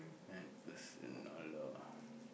MacPherson [alah]